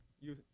You